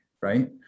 right